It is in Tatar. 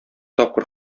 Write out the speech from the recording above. тапкыр